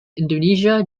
indonesia